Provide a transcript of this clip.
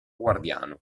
guardiano